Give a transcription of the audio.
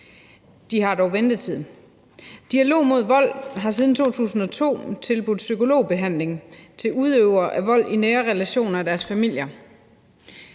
De har dog ventetid. Dialog mod Vold har siden 2002 tilbudt psykologbehandling til udøvere af vold i nære relationer og deres familier.